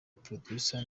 producer